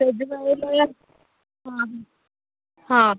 सजवायला हां हां हां